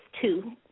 two